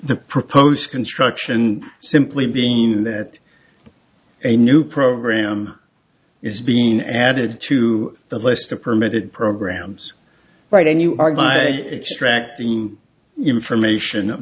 the proposed construction simply being that a new program is being added to the list of permitted programs right and you are by extract the information